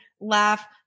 laugh